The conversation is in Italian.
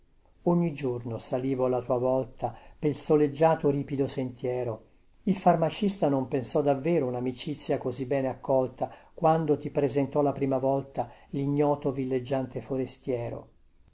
ogni giorno salivo alla tua volta pel soleggiato ripido sentiero il farmacista non pensò davvero unamicizia così bene accolta quando ti presentò la prima volta lignoto villeggiante forestiero